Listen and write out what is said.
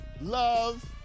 love